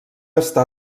està